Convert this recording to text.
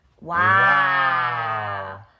Wow